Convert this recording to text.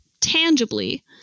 tangibly